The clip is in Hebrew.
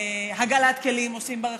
והגעלת כלים עושים ברחוב,